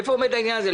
איפה עומד העניין הזה?